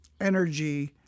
energy